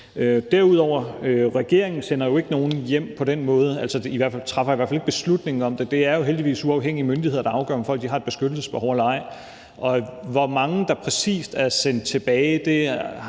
Regeringen sender jo ikke på den måde nogen hjem, træffer i hvert fald ikke beslutningen om det. Det er jo heldigvis uafhængige myndigheder, der afgør, om folk har et beskyttelsesbehov eller ej. Hvor mange der præcis er sendt tilbage,